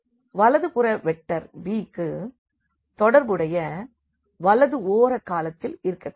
வலதுபுற vector b க்கு தொடர்புடைய வலதுஓர காலத்தில் இருக்க கூடாது